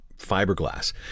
fiberglass